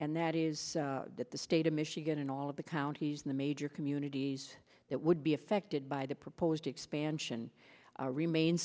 and that is that the state of michigan and all of the counties in the major communities that would be affected by the proposed expansion remain